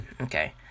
okay